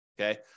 Okay